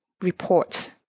reports